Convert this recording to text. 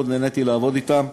נהניתי מאוד לעבוד אתם.